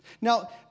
Now